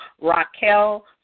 Raquel